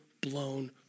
blown